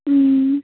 उम्